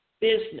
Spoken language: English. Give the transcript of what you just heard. business